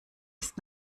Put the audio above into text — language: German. ist